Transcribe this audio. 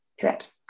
Correct